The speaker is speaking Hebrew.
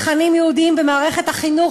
תכנים יהודיים במערכת החינוך,